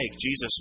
Jesus